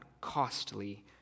costly